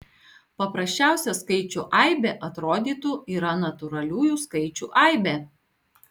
paprasčiausia skaičių aibė atrodytų yra natūraliųjų skaičių aibė